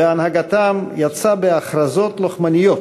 והנהגתם יצאה בהכרזות לוחמניות,